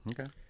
Okay